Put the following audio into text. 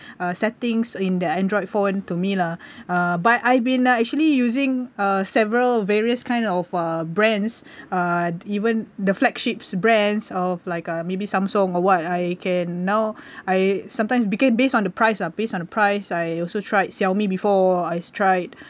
uh settings in the android phone to me lah but I been uh actually using uh several various kind of uh brands uh even the flagships brands of like uh maybe Samsung or what I can now I sometimes because based on the price ah based on the price I also tried Xiaomi before I tried